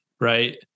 right